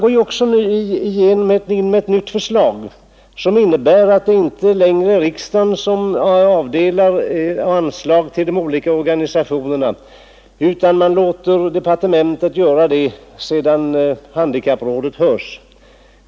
Departementschefen lägger också fram ett nytt förslag, som innebär att det inte längre är riksdagen som fördelar anslaget mellan de olika organisationerna, utan Kungl. Maj:t skall få göra det sedan handikapprådet hörts.